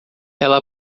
ela